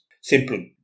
simple